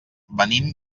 venim